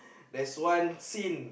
there's one scene